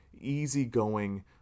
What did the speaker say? easygoing